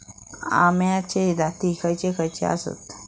अम्याचे जाती खयचे खयचे आसत?